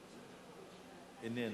איננו.